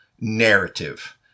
narrative